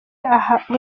aha